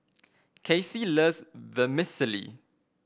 Kasey loves Vermicelli